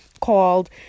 called